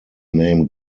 name